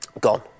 Gone